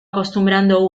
acostumbrando